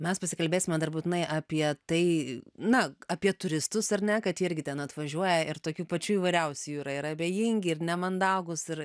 mes pasikalbėsime dar būtinai apie tai na apie turistus ar ne kad jie irgi ten atvažiuoja ir tokių pačių įvairiausių yra yra abejingi ir nemandagūs ir